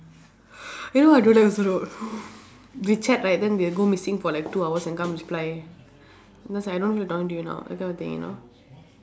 you know I don't like also know wechat right then we'll go missing for like two hours and come reply because I don't want to talk to you now that kind of thing you know